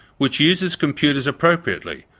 which uses computers appropriately,